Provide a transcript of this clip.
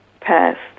passed